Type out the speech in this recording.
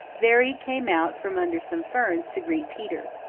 veery came out from under some ferns to greet peter.